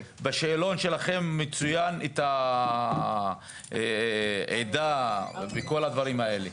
בשאלון שלכם מצוין את העדה וכל הדברים האלה.